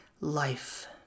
life